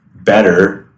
better